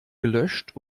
gelöscht